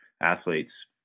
athletes